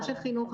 אנשי חינוך,